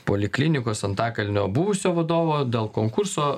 poliklinikos antakalnio buvusio vadovo dėl konkurso